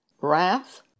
wrath